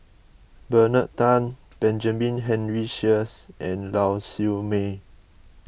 Bernard Tan Benjamin Henry Sheares and Lau Siew Mei